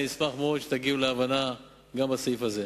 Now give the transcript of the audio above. אני אשמח מאוד שתגיעו להבנה גם בסעיף הזה.